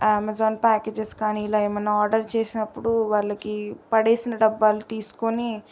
Amazon packages కానీ ఇలా ఏమన్నా ఆర్డర్ చేసినప్పుడు వాళ్ళకి పడేసిన డబ్బాలు తీసుకొని